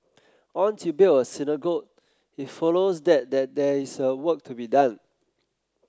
once you build a synagogue it follows that that there is work to be done